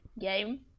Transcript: game